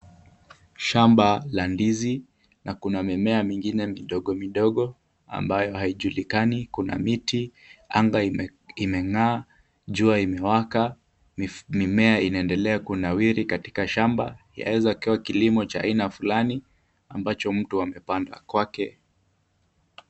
Shamba la ndizi na kuna mimea mingine midogo midogo, ambayo haijulikani, kuna miti, anga imeng'aa, jua imewaka, mimea inaendelea kunawiri katika shamba, yaweza kuwa kilimo cha aina fulani ambacho mtu amepanda kwake.